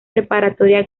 preparatoria